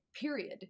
period